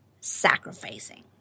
sacrificing